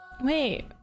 Wait